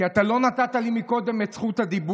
כי אתה לא נתת לי קודם את זכות הדיבור.